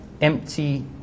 empty